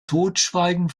totschweigen